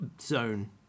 zone